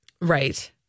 right